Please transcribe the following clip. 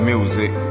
Music